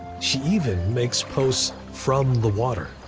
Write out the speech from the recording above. she even makes posts from the water.